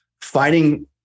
fighting